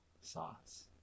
sauce